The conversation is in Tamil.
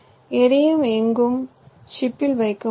எதையும் எங்கும் சிப்பில் வைக்க முடியும்